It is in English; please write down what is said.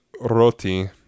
Roti